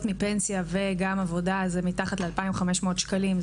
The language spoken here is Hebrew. מפנסיה וגם עבודה זה מתחת ל-2,500 שקלים.